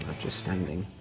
just standing.